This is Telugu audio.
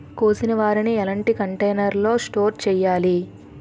కోసిన వరిని ఎలాంటి కంటైనర్ లో స్టోర్ చెయ్యాలి?